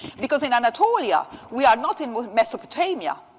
because, in anatolia, we are not in mesopotamia.